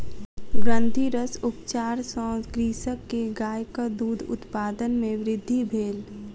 ग्रंथिरस उपचार सॅ कृषक के गायक दूध उत्पादन मे वृद्धि भेल